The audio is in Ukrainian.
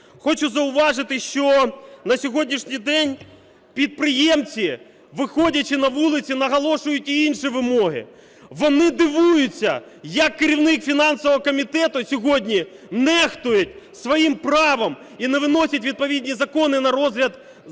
Хочу зауважити, що на сьогоднішній день підприємці, виходячи на вулицю, наголошують і інші вимоги. Вони дивуються, як керівник фінансового комітету сьогодні нехтує своїм правом і не виносить відповідні закони на розгляд даного